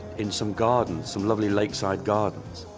in some gardens, some lovely lakeside gardens.